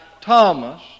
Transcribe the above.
Thomas